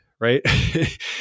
right